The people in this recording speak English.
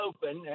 Open